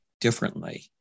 differently